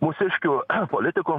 mūsiškių politikų